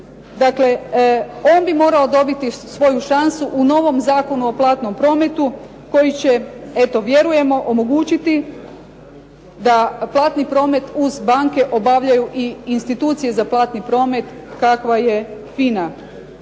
FINA-in on bi morao dobiti svoju šansu u novom Zakonu o platnom prometu koji će vjerujemo omogućiti da platni promet uz banke obavljaju i institucije za platni promet kakva je FINA.